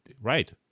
right